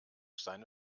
seine